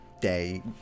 day